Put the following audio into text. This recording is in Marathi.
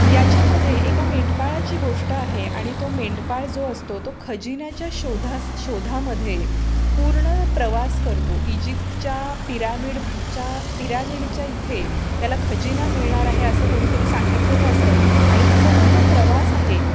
याच्यामध्ये एका मेंढपाळाची गोष्ट आहे आणि तो मेंढपाळ जो असतो तो खजिन्याच्या शोधास शोधामध्ये पूर्ण प्रवास करतो इजिप्तच्या पिरामिडच्या पिरामिडच्या इथे त्याला खजिना मिळणार आहे असं कोणीतरी सांगितलेलं असतं आणि तसा तो जो प्रवास आहे